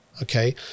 Okay